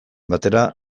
batera